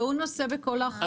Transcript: והוא נושא בכל האחריות.